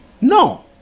No